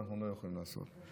אנחנו לא יכולים לעשות.